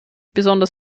besonders